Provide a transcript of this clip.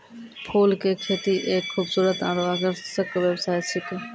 फूल के खेती एक खूबसूरत आरु आकर्षक व्यवसाय छिकै